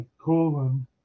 colon